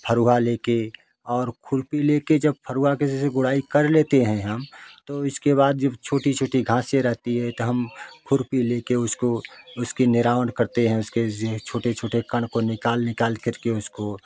फरुहा लेके और खुरपी लेकर जब फरुहा के जैसे गुड़ाई कर लेते हैं हम तो इसके बाद जब छोटी छोटी घासें रहती है तो हम खुरपी लेकर उसको उसके निरावण करते हैं उसके ज़े छोटे छोटे कण को निकाल निकाल कर के उसको